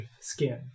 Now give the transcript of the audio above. skin